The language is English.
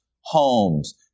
homes